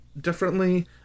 differently